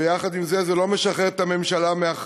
ויחד עם זה, אין זה משחרר את הממשלה מאחריות.